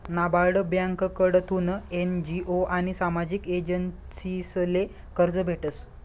नाबार्ड ब्यांककडथून एन.जी.ओ आनी सामाजिक एजन्सीसले कर्ज भेटस